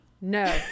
No